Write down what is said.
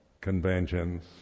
conventions